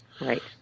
right